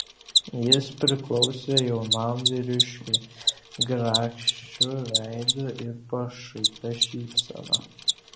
jis priklausė jaunam vyriškiui grakščiu veidu ir pašaipia šypsena